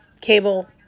cable